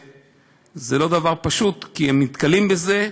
וזה לא דבר פשוט, כי הם נתקלים בזה,